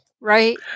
right